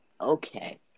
Okay